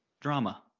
drama